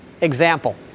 Example